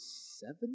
seven